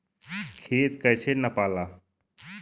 खेत कैसे नपाला?